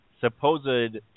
supposed